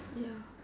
ya